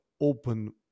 open